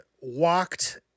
walked